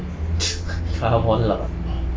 come on lah